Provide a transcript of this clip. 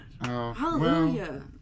Hallelujah